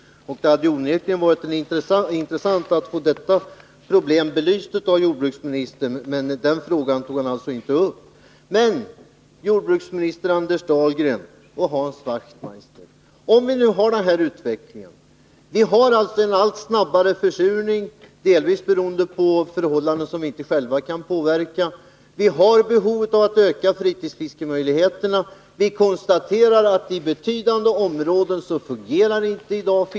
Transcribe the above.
Det hade onekligen varit intressant att få detta problem belyst av jordbruksministern, men den frågan tog han alltså inte upp. Jag vill ställa en fråga till jordbruksministern Anders Dahlgren och Hans Wachtmeister. Vi har alltså en allt snabbare försurning, delvis beroende på förhållanden som vi själva inte kan påverka, vi har behov av att öka fritidsfiskemöjligheterna, vi konstaterar att fiskevården i betydande områdeninte fungerar.